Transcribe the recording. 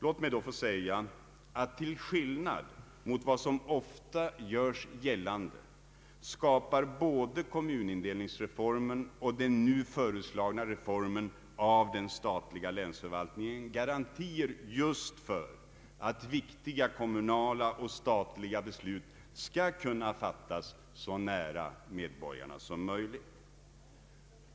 Låt mig säga att, till skillnad mot vad som ofta görs gällande, både kommunindelningsreformen och den nu föreslagna reformen av den statliga länsförvaltningen skapar garantier just för att viktiga kommunala och statliga beslut skall kunna fattas så nära medborgarna som möjligt.